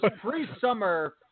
pre-summer